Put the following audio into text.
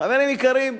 חברים יקרים,